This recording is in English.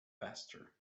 faster